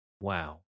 Wow